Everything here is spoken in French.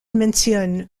mentionne